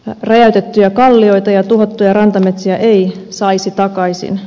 räjäytettyjä kallioita ja tuhottuja rantametsiä ei saisi takaisin